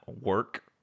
work